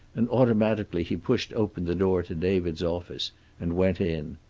and automatically he pushed open the door to david's office and went in.